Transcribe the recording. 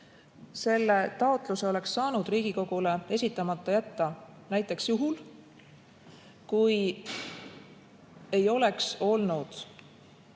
Selle taotluse oleks saanud Riigikogule esitamata jätta näiteks juhul, kui ei oleks olnud